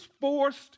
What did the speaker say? forced